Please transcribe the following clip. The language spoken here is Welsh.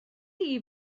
chi